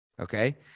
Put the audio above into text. Okay